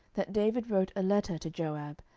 that david wrote a letter to joab,